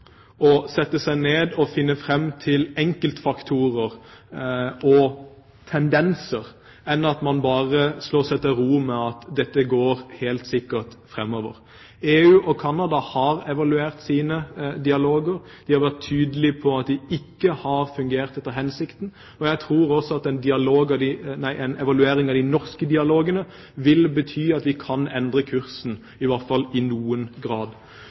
å sette seg ned og finne fram til enkeltfaktorer og tendenser enn at man bare slår seg til ro med at dette helt sikkert går framover. EU og Canada har evaluert sine dialoger. De har vært tydelige på at de ikke har fungert etter hensikten. Jeg tror også en evaluering av de norske dialogene vil bety at vi kan endre kursen i hvert fall i noen grad.